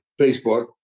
Facebook